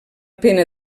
pena